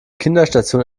kinderstation